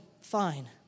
fine